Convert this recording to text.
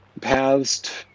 Paths